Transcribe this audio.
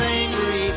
angry